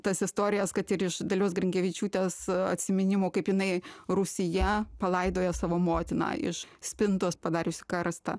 tas istorijas kad ir iš dalios grinkevičiūtės atsiminimų kaip jinai rūsyje palaidojo savo motiną iš spintos padariusi karstą